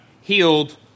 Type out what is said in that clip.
healed